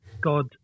God